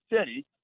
City